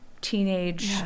teenage